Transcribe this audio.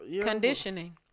Conditioning